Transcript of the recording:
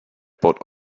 bought